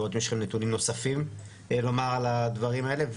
לראות אם יש לכם נתונים נוספים לומר על הדברים האלה,